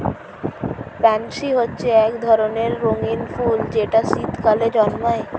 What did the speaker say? pansy হচ্ছে এক ধরনের রঙিন ফুল যেটা শীতকালে জন্মায়